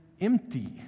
empty